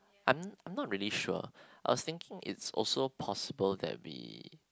I'm not really sure I was thinking it's also possible that we